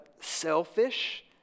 selfish